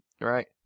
right